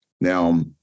now